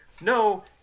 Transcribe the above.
no